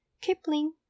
Kipling